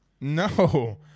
No